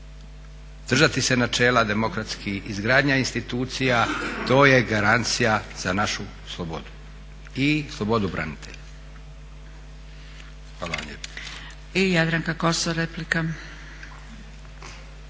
Držati se načela demokratskih, izgradnja institucija to je garancija za našu slobodu i slobodu branitelja. Hvala vam